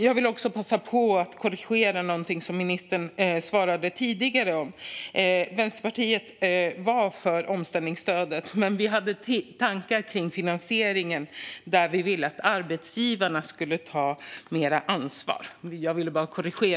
Jag vill passa på att korrigera en sak som ministern besvarade tidigare. Vänsterpartiet var för omställningsstödet, men vi hade tankar om finansieringen. Vi ville att arbetsgivarna skulle ta mer ansvar.